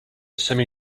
semi